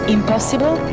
Impossible